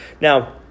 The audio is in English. Now